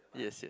yes yes